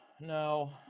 No